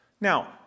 now